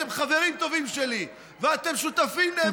אתם חברים טובים שלי ואתם שותפים נאמנים.